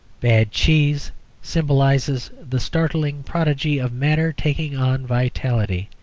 bad cheese symbolises the startling prodigy of matter taking on vitality.